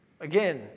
Again